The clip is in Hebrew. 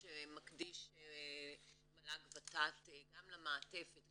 שמקדיש מל"ג ות"ת גם למעטפת ,